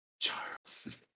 Charles